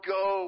go